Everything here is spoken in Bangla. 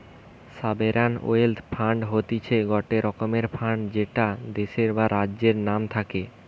সভেরান ওয়েলথ ফান্ড হতিছে গটে রকমের ফান্ড যেটা দেশের বা রাজ্যের নাম থাকে